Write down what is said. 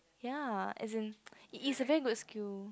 ya as in it is a very good skill